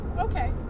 Okay